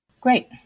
Great